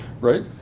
right